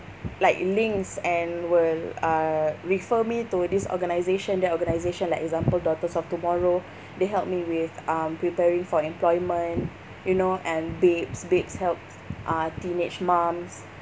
like links and will uh refer me to this organisation that organisation like example daughters of tomorrow they helped me with um preparing for employment you know and Babes Babes helps uh teenage mums